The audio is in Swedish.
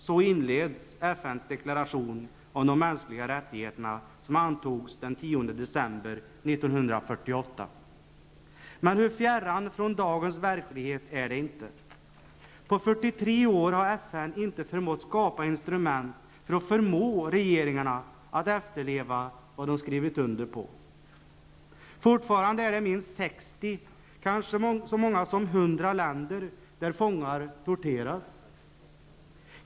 Så inleds FNs deklaration om de mänskliga rättigheterna som antogs den 10 december 1948. Men hur fjärran från dagens verklighet är det? På 43 år har FN inte förmått skapa instrument för att få regeringarna att efterleva vad de har skrivit under. Fortfarande torteras fångar i minst 60 eller kanske i så många som 100 länder.